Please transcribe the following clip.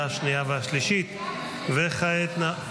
11 בעד, אין מתנגדים ואין נמנעים.